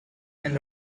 and